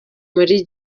muri